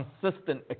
consistent